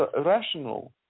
rational